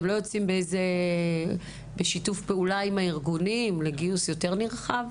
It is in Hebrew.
אין שיתוף פעולה עם הארגונים לגיוס יותר נרחב?